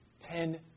ten